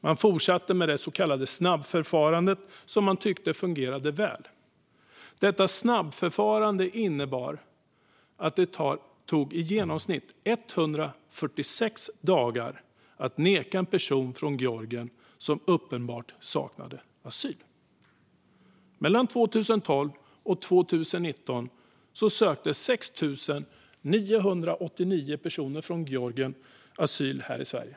Man fortsatte med det så kallade snabbförfarandet, som man tyckte fungerade väl. Detta snabbförfarande innebar att det tog i genomsnitt 146 dagar att neka en person från Georgien som uppenbart saknade asylskäl. Mellan 2012 och 2019 sökte 6 989 personer från Georgien asyl här i Sverige.